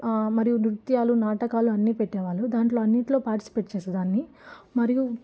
మరియు నృత్యాలు నాటకాలు అన్ని పెట్టేవాళ్ళు దాంట్లో అన్నిట్లో పార్టిసిపేట్ చేసేదాన్ని మరియు